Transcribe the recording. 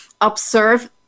observe